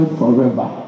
forever